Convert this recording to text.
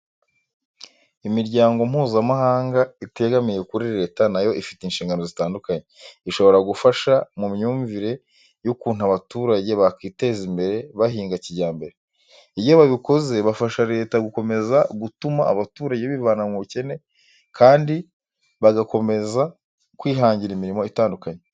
Imiryango Mpuzamahanga itegamiye kuri leta na yo ifite inshingano zitandukanye. Ishobora gufasha mu myumvire y'ukuntu abaturage bakiteza imbere bahinga kijyambere. Iyo babikoze bafasha leta gukomeza gutuma abaturage bivana mu bukene kandi bagakomeza kwihangira imirimo itandukanye.